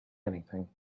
anything